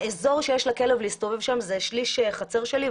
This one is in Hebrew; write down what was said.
האזור שיש לכלב להסתובב בו הוא שליש חצר שלי,